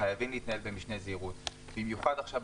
במיוחד עכשיו,